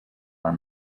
are